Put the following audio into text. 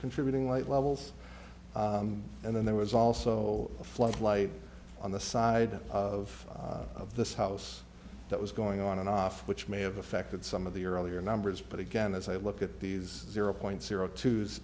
contributing light levels and then there was also a flood light on the side of of this house that was going on and off which may have affected some of the earlier numbers but again as i look at these zero point zero t